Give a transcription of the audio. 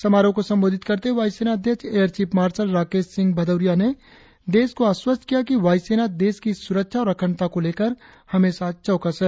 समारोह को संबोधित करते हुए वायुसेना अध्यक्ष air chief marshal Rakesh Kumar Singh Bhadoria ने देश को आश्वस्त किया कि वायु सेना देश की सुरक्षा और अखंडता को लेकर हमेशा चौकस है